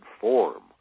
form